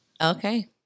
Okay